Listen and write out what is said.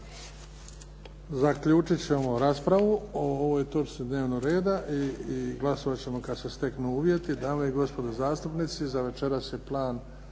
Zaključiti ćemo raspravi o ovoj točki dnevnog reda i glasovati ćemo kad se steknu uvjeti. Dame i gospodo zastupnici, za večeras je plan